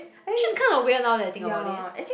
which is kind of weird now that I think about it